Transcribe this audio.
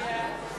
בממשלה לא נתקבלה.